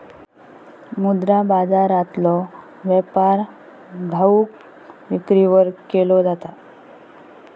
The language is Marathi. मुद्रा बाजारातलो व्यापार घाऊक विक्रीवर केलो जाता